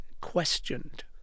questioned